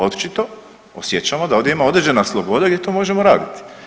Očito osjećamo da ovdje ima određena sloboda gdje to možemo rabiti.